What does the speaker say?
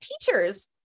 teachers